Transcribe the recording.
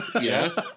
Yes